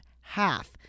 half